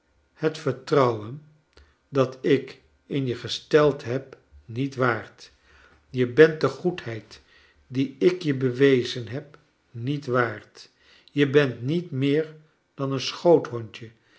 het vertrouwen dat ik in je gesteld heb niet waard je bent de goedheid die ik je bewezen heb niet waard je bent niet meer dan een schoothondje